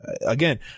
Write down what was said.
Again